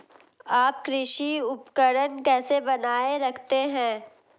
आप कृषि उपकरण कैसे बनाए रखते हैं?